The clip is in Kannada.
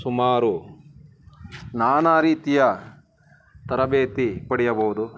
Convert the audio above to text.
ಸುಮಾರು ನಾನಾ ರೀತಿಯ ತರಬೇತಿ ಪಡೆಯಬೋದು